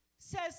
Says